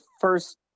first